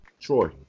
troy